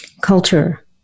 culture